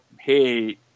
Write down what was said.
hey